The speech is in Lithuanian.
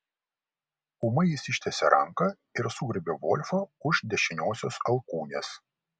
ūmai jis ištiesė ranką ir sugriebė volfą už dešiniosios alkūnės